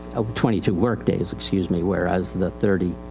oh twenty two work days, excuse me, whereas the thirty,